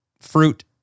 Fruit